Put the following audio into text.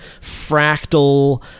fractal